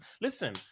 Listen